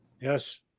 Yes